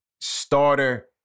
starter